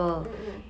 mmhmm